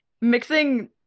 mixing